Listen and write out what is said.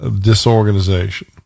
disorganization